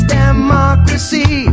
democracy